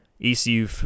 ecu